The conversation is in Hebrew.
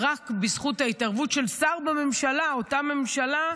רק בזכות ההתערבות של שר בממשלה, אותה ממשלה,